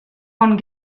bonn